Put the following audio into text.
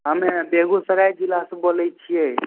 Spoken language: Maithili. हमे बेगूसराय जिलासँ बोलै छियै